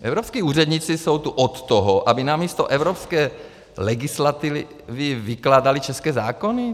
Evropští úředníci jsou tu od toho, aby na místo evropské legislativy vykládali české zákony?